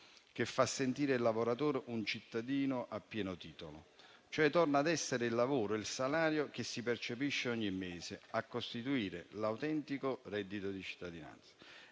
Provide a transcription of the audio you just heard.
che fa sentire il lavoratore un cittadino a pieno titolo. Il lavoro e il salario che si percepisce ogni mese tornano a costituire l'autentico reddito di cittadinanza.